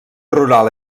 rural